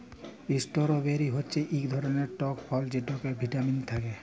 strawberry হচ্যে ইক ধরলের টক ফল যেটতে ভিটামিল থ্যাকে